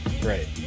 great